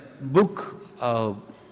book